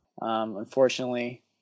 Unfortunately